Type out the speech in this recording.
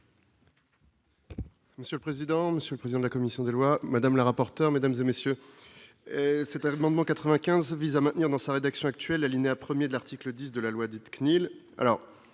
Monsieur le président, Monsieur le président de la commission des lois, madame le rapporteur, mesdames et messieurs, c'est tellement de m'95 vise à maintenir dans sa rédaction actuelle alinéa 1er de l'article 10 de la loi dite CNIL